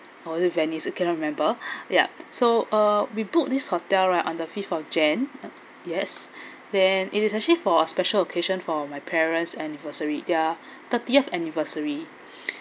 or is it vanice I cannot remember yup so uh we put this hotel right on the fifth of jan uh yes then it is actually for a special occasion for my parents anniversary their thirtieth anniversary